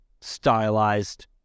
stylized